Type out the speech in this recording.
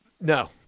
no